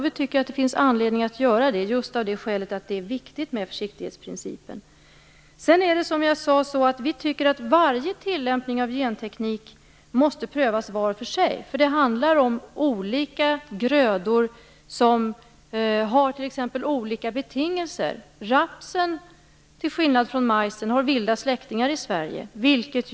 Vi tycker att det finns anledning att göra det just av det skälet att det är viktigt med försiktighetsprincipen. Vi tycker att varje tillämpning av genteknik måste prövas var för sig. Det handlar om olika grödor som t.ex. har olika betingelser. Rapsen har vilda släktingar i Sverige till skillnad från majsen.